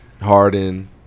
Harden